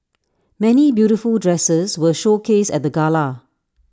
many beautiful dresses were showcased at the gala